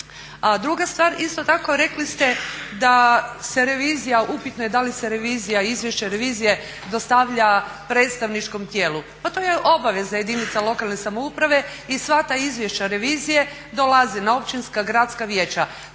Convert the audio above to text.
druga stvar, isto tako rekli ste da se revizija, upitno je da li se revizija i izvješće revizije dostavlja predstavničkom tijelu? Pa to je obaveza jedinica lokalne samouprave i sva ta izvješća revizije dolaze na općinska gradska vijeća.